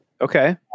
Okay